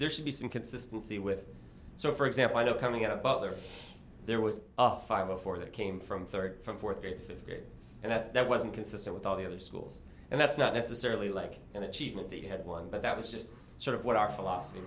there should be some consistency with so for example i know coming out but there there was a five before that came from third from fourth or fifth grade and that's that wasn't consistent with all the other schools and that's not necessarily like an achievement they had one but that was just sort of what our philosophy